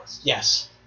Yes